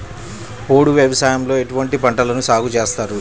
పోడు వ్యవసాయంలో ఎటువంటి పంటలను సాగుచేస్తారు?